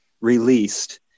released